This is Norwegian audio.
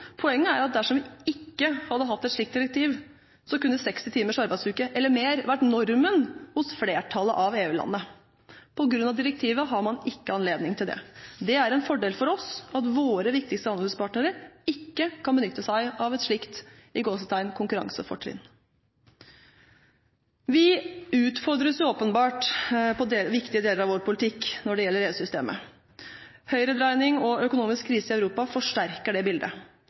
Poenget er at dersom vi ikke hadde hatt et slikt direktiv, kunne 60 timers arbeidsuke eller mer vært normen i flertallet av EU-landene. På grunn av direktivet har man ikke anledning til det. Det er en fordel for oss at våre viktigste handelspartnere ikke kan benytte seg av et slikt «konkurransefortrinn». Vi utfordres åpenbart på viktige deler av vår politikk når det gjelder EU-systemet. Høyredreining og økonomisk krise i Europa forsterker det bildet.